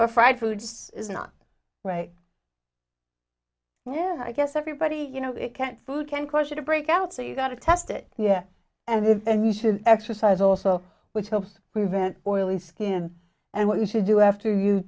but fried foods is not right yeah i guess everybody you know it can't food can question a breakout so you got to test it yeah and then and you should exercise also which helps prevent oily skin and what you should do after you